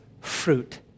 fruit